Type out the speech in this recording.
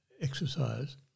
exercise